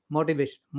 Motivation